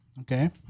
Okay